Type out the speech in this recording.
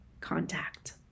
Contact